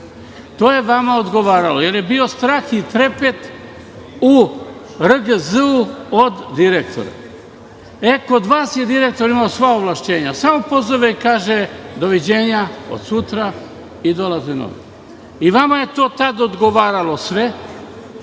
To je vama odgovaralo jer je bio strah i trepet u RGZ od direktora. Kod vas je direktor imao sva ovlašćenja, samo pozove i kaže - doviđenja od sutra i dolaze novi. I vama je to tad odgovaralo